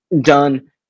done